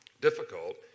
difficult